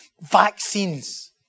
vaccines